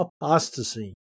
apostasy